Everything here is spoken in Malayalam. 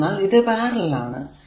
എന്തെന്നാൽ ഇത് പാരലൽ ആണ്